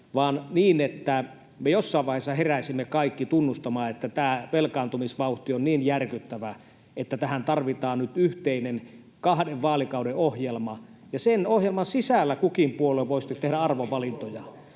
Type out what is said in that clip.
vaan niin, että me jossain vaiheessa heräisimme kaikki tunnustamaan, että velkaantumisvauhti on niin järkyttävä, että tähän tarvitaan nyt yhteinen kahden vaalikauden ohjelma, ja sen ohjelman sisällä kukin puolue voi sitten tehdä arvovalintoja.